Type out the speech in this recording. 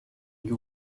use